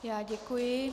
Já děkuji.